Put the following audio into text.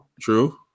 true